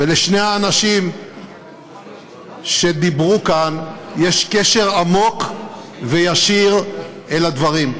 ולשני האנשים שדיברו כאן יש קשר עמוק וישיר אל הדברים.